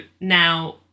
now